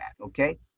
okay